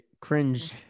cringe